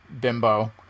bimbo